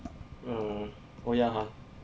uh oh ya !huh!